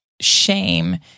shame